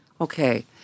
Okay